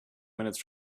minutes